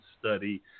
study